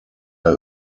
der